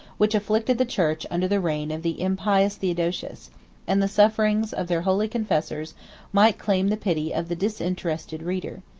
which afflicted the church under the reign of the impious theodosius and the sufferings of their holy confessors might claim the pity of the disinterested reader.